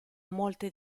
molte